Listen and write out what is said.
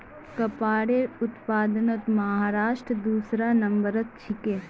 कपासेर उत्पादनत महाराष्ट्र दूसरा नंबरत छेक